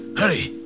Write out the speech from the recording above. hurry